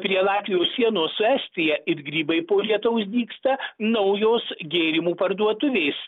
prie latvijos sienos su estija it grybai po lietaus dygsta naujos gėrimų parduotuvės